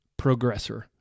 Progressor